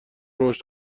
رشد